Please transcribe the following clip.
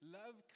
love